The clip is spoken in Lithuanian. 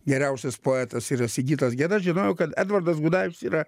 geriausias poetas sigitas geda žinojau kad edvardas gudavičius yra